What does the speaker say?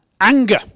anger